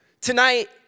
Tonight